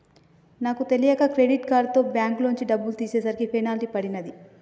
నాకు తెలియక క్రెడిట్ కార్డుతో బ్యేంకులోంచి డబ్బులు తీసేసరికి పెనాల్టీ పడినాది